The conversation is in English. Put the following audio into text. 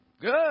Good